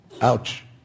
ouch